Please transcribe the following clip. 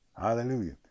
hallelujah